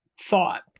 thought